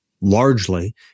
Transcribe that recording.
largely